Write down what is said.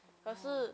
orh